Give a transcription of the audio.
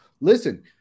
Listen